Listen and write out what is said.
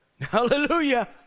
hallelujah